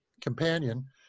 companion